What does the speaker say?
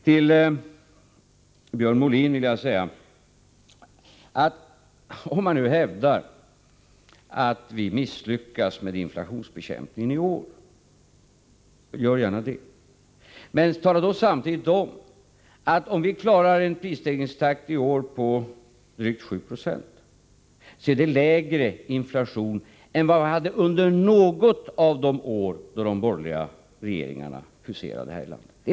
Till Björn Molin vill jag säga att om man nu vill hävda att vi misslyckas med inflationsbekämpningen i år må man gärna göra det. Men tala då samtidigt om, att om vi klarar en prisstegringstakt i år på drygt 7 90 är det lägre inflation än vad vi hade under något av de år då de borgerliga regeringarna huserade här i landet.